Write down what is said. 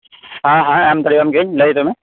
ᱦᱮᱸ ᱦᱮᱸ ᱮᱢᱫᱟᱲᱮᱹᱭᱟᱢ ᱜᱤᱭᱟᱹᱧ ᱞᱟᱹᱭᱢᱮ